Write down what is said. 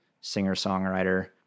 singer-songwriter